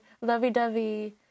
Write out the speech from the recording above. lovey-dovey